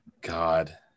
God